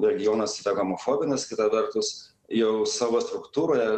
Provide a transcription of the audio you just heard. regionas yra homofobinis kita vertus jau savo struktūroje